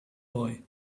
boy